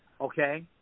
Okay